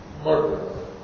murder